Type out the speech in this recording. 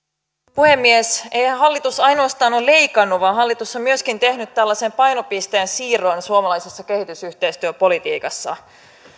puhemies eihän hallitus ainoastaan ole leikannut vaan hallitus on myöskin tehnyt tällaisen painopisteen siirron suomalaisessa kehitysyhteistyöpolitiikassa